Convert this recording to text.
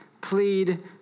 plead